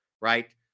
right